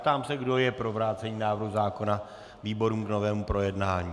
Ptám se, kdo je pro vrácení návrhu zákona výborům k novému projednání.